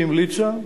והיא המליצה.